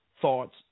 thoughts